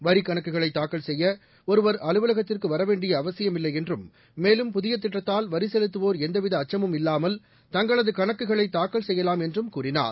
வரிக் கணக்குகளை தாக்கல் செய்ய ஒருவர் அலுவலகத்திற்கு வரவேண்டிய அவசியம் இல்லை என்றம் மேலும் புதிய திட்டத்தால் வரி செலுத்துவோர் எந்தவித அச்சமும் இல்லாமல் தங்களது கணக்குகளை தாக்கல் செய்யலாம் என்றும் கூறினார்